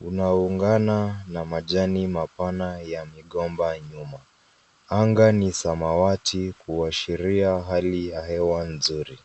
unaungana na majani mapana ya migomba nyuma. Anga ni samawati kuashiria hali ya hewa nzuri.